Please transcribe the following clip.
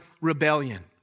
rebellion